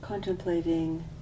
contemplating